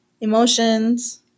emotions